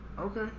Okay